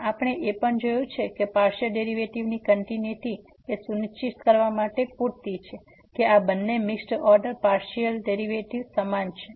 અને આપણે એ પણ જોયું છે કે પાર્સીઅલ ડેરીવેટીવની કંટીન્યુટી એ સુનિશ્ચિત કરવા માટે પૂરતી છે કે આ બંને મિક્સ્ડ ઓર્ડર પાર્સીઅલ ડેરિવેટિવ્ઝ સમાન છે